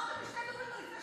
אמרתם לי "שני דוברים" לפני